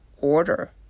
order